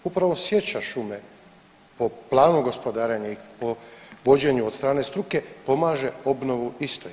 Upravo sječa šume po planu gospodarenja i po vođenju od strane struke pomaže obnovu iste.